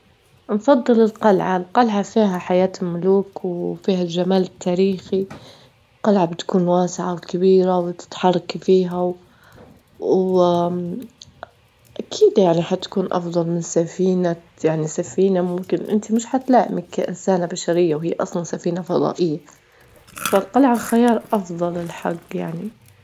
نفضل القلعة، القلعة فيها حياة ملوك وفيها الجمال التاريخي، القلعة بتكون واسعة وكبيرة، وتتحركي فيها، و أكيد يعني حتكون أفضل من سفينة يعني سفينة ممكن إنتي مش هتلائمك كإنسانة بشرية وهي أصلا سفينة فضائية، فالقلعة خيار أفضل للحج يعني.